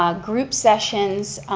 um group sessions,